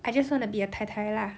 I just want to be a tai tai lah